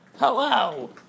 Hello